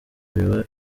biba